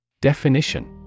Definition